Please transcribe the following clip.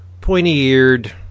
pointy-eared